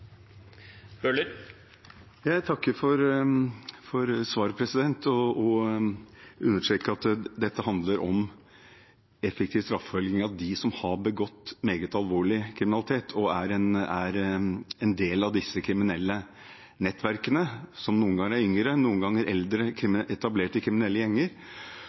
Jeg takker for svaret og understreker at dette handler om effektiv straffeforfølging av dem som har begått meget alvorlig kriminalitet og er en del av disse kriminelle nettverkene, som noen ganger er yngre og noen ganger eldre etablerte kriminelle gjenger.